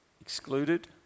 excluded